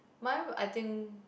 mine I think